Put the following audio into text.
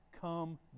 come